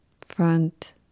front